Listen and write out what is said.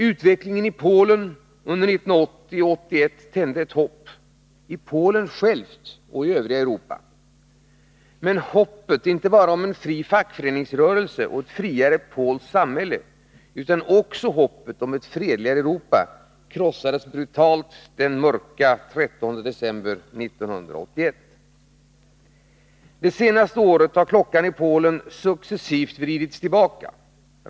Utvecklingen i Polen under 1980 och 1981 tände ett hopp —- i Polen självt och i övriga Europa. Men hoppet — inte bara om en fri fackföreningsrörelse och ett friare polskt samhälle, utan också om ett fredligare Europa — krossades brutalt den mörka 13 december 1981. Det senaste året har klockan i Polen successivt vridits tillbaka.